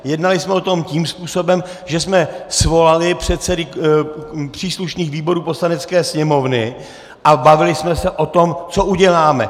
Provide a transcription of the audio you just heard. Jednali jsme o tom tím způsobem, že jsme svolali předsedy příslušných výborů Poslanecké sněmovny a bavili jsme se o tom, co uděláme.